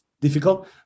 difficult